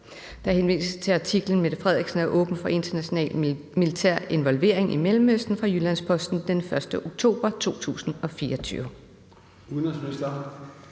Der henvises til artiklen »Mette Frederiksen er åben for international militær involvering i Mellemøsten« på jyllands-posten.dk den 1. oktober 2024.